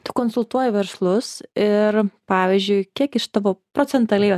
tu konsultuoji verslus ir pavyzdžiui kiek iš tavo procentaliai va